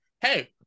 hey